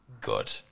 good